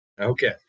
Okay